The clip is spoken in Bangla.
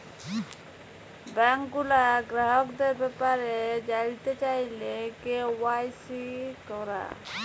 ব্যাংক গুলার গ্রাহকদের ব্যাপারে জালতে চাইলে কে.ওয়াই.সি ক্যরা